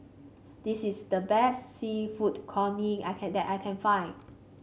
this is the best seafood congee I can that I can find